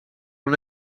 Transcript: una